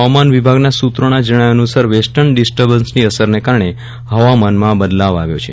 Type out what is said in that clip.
હવામાન વિભાગના સુત્રોના જણાવ્યા અનુસાર વેસ્ટન ડીસ્ટરબન્સના અસરને કારણે હવામાનમાં બદલાવ આવ્યો છે